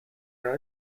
راه